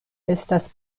estas